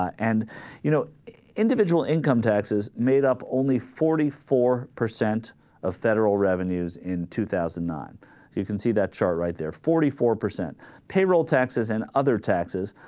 and you know individual income taxes made-up only forty four percent a federal revenues in two thousand i'm you can see that you are right there forty four percent payroll taxes in other taxes